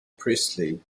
priestley